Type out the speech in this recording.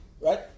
Right